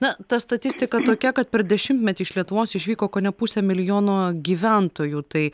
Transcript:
na ta statistika tokia kad per dešimtmetį iš lietuvos išvyko kone pusė milijono gyventojų tai